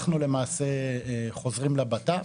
אנחנו למעשה חוזרים למשרד לביטחון פנים